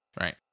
Right